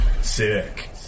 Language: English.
sick